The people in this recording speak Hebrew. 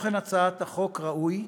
תוכן הצעת החוק הוא ראוי,